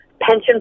pension